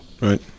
Right